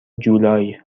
جولای